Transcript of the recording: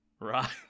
Right